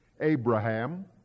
Abraham